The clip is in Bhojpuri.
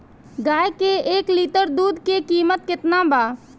गाए के एक लीटर दूध के कीमत केतना बा?